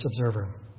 observer